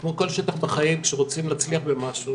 כמו כל שטח בחיים, כשרוצים להצליח במשהו